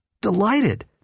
delighted